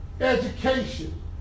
Education